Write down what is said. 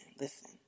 listen